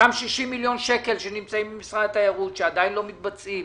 אותם 60 מיליון שקלים שנמצאים במשרד התיירות שעדיין לא מתבצעים